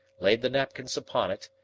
laid the napkins upon it,